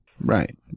Right